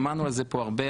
שמענו על זה פה הרבה,